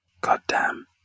goddamn